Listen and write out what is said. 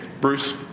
Bruce